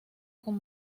con